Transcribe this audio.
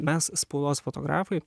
mes spaudos fotografai